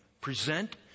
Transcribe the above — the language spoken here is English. Present